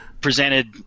presented